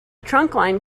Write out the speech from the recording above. trunkline